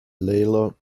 leela